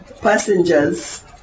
passengers